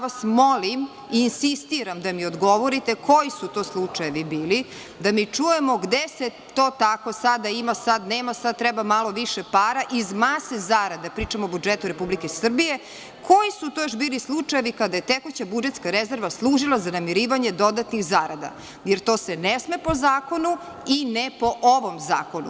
Molim vas i insistiram da mi odgovorite koji su to slučajevi bili, da mi čujemo gde se to tako – sada ima, sada nema, sada treba malo više para, iz mase zarada, pričamo o budžetu Republike Srbije, koji su to još bili slučajevi kada je tekuća budžetska rezerva služila za namirivanje dodatnih zarada, jer to se ne sme po zakonu i ne po ovom zakonu.